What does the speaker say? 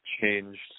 changed